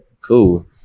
cool